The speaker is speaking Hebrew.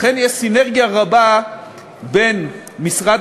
לכן יש סינרגיה רבה בין משרד